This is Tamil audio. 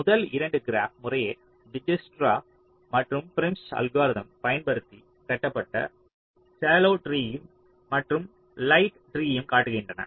முதல் 2 கிராப் முறையே டிஜ்க்ஸ்ட்ரா மற்றும் ப்ரிம்ஸ் Prim's அல்கோரிதம் பயன்படுத்தி கட்டப்பட்ட ஸலோவ் ட்ரீயையும் மற்றும் லைட் ட்ரீயையும் காட்டுகின்றன